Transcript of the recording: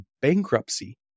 bankruptcy